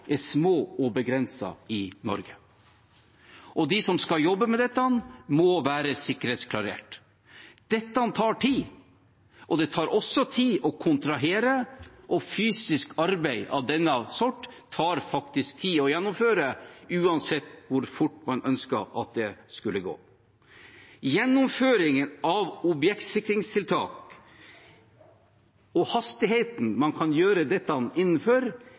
er små og begrensede i Norge, og de som skal jobbe med dette, må være sikkerhetsklarert. Det tar tid, det tar også tid å kontrahere, og fysisk arbeid av denne sorten tar også tid å gjennomføre – uansett hvor fort man ønsker at det skal gå. Gjennomføringen av objektsikringstiltak og hastigheten man kan gjøre dette,